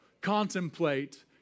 contemplate